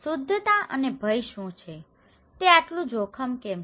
શુદ્ધતા અને ભય શું છે તે આટલું જોખમ કેમ છે